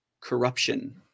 corruption